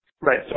Right